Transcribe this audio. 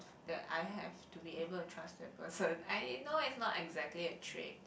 that I have to be able to trust that person I know it's not exactly a trait